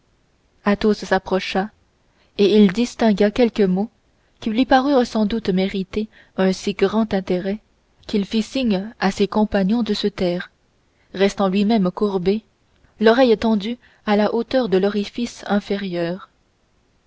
attention athos s'approcha et il distingua quelques mots qui lui parurent sans doute mériter un si grand intérêt qu'il fit signe à ses compagnons de se taire restant luimême courbé l'oreille tendue à la hauteur de l'orifice inférieur